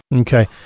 Okay